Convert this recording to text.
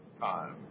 time